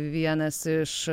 vienas iš